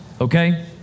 Okay